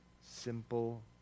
simple